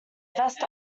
vest